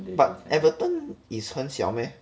but everyone is 很小 meh